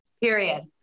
period